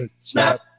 snap